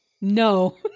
No